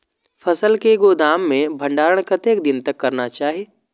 फसल के गोदाम में भंडारण कतेक दिन तक करना चाही?